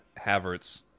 Havertz